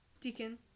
Deacon